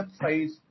size